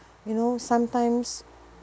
you know sometimes